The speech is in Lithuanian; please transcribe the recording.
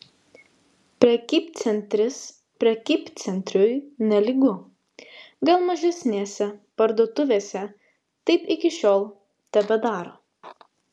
prekybcentris prekybcentriui nelygu gal mažesnėse parduotuvėse taip iki šiol tebedaro